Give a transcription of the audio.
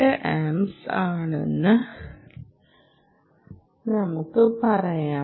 8 amps ആണെന്ന് നമുക്ക് പറയാം